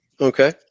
okay